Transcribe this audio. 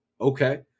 Okay